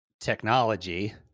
technology